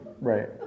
Right